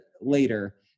later